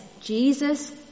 Jesus